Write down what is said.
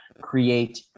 create